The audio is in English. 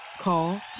Call